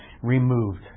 removed